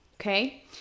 Okay